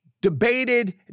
debated